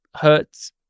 hurts